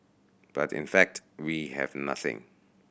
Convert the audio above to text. but in fact we have nothing